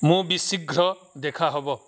ମୁଁ ବି ଶୀଘ୍ର ଦେଖା ହବ